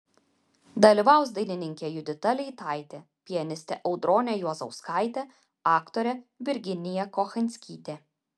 dalyvaus dainininkė judita leitaitė pianistė audronė juozauskaitė aktorė virginija kochanskytė